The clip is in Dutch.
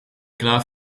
klaar